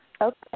Okay